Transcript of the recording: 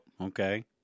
Okay